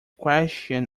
question